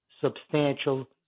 substantial